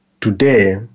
today